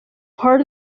part